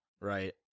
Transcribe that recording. Right